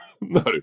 No